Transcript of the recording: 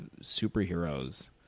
superheroes